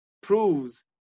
proves